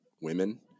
women